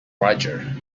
roger